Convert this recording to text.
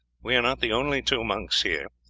we are not the only two monks here,